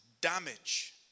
damage